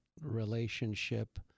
relationship